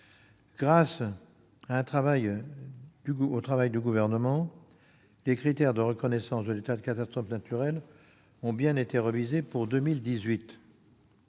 Grâce au travail du Gouvernement, les critères de reconnaissance de l'état de catastrophe naturelle ont bien été révisés pour 2018.